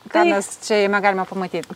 ką mes čia jame galime pamatyt